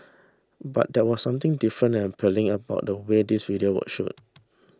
but there was something different and appealing about the way these videos were shot